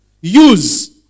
Use